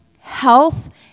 health